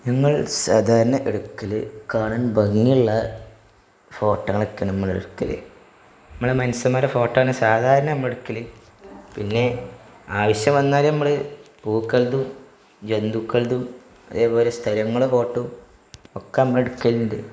ഞങ്ങൾ സാധാരണ എടുക്കല് കാണാൻ ഭംഗിയുള്ള ഫോട്ടോകളൊക്കെയാണ് നമ്മളെടുക്കല് നമ്മുടെ മനുസന്മാരുടെ ഫോട്ടോയാണ് സാധാരണ നമ്മള് എടുക്കല് പിന്നെ ആവശ്യം വന്നാല് നമ്മള് പൂക്കളുതും ജന്തുക്കളുതും അതുപോലെ സ്ഥലങ്ങള് ഫോട്ടോ ഒക്കെ നമ്മള് എടുക്കലുണ്ട്